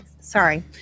Sorry